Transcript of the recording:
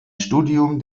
studium